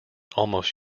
almost